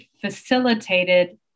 facilitated